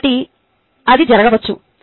కాబట్టి అది జరగవచ్చు